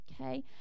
okay